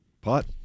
Pot